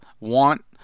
want